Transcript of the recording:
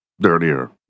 dirtier